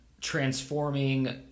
transforming